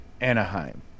Anaheim